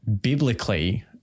biblically